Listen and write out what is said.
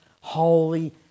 holy